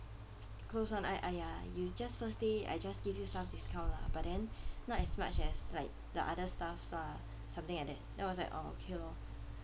close one eye !aiya! you just first day I just give you staff discount lah but then not as much as like the other staffs lah something like that then I was like orh okay lor